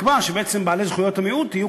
לקבוע שבעצם בעלי זכויות המיעוט יהיו